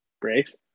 breaks